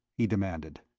he demanded.